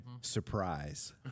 Surprise